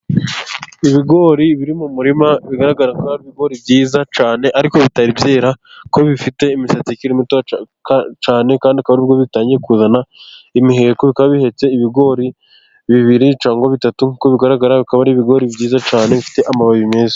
Ibigori biri mu murima bigaragara ko ari ibigori byiza cyane, ariko bitari byera kuko bifite imisatsi ikiri mitoya cyane, kandi akaba ari bwo bitangiye kuzana imiheko, bikaba bihetse ibigori bibiri cyangwa bitatu kuko bigaragara bikaba ari ibigori byiza cyane bifite amababi meza.